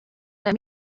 let